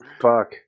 fuck